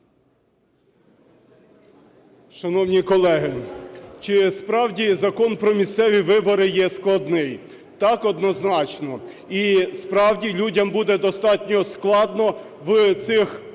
Шановні колеги, чи справді Закон "Про місцеві вибори" є складний? Так, однозначно. І справді людям буде достатньо складно в цій великій